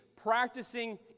Practicing